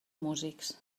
músics